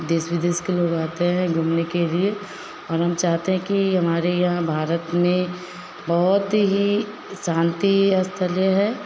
देश विदेश के लोग आते हैं घूमने के लिए और हम चाहते हैं कि हमारे यहाँ भारत में बहुत ही शांति स्थल्य है